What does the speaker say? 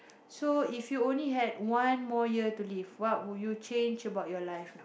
so if you only had one more year to live what would you change about your life now